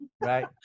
right